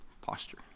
posture